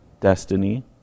destiny